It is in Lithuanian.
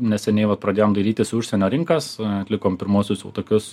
neseniai vat pradėjom dairytis į užsienio rinkas atlikom pirmuosius jau tokius